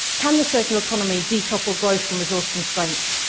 can the circular economy decouple growth from resource constraints?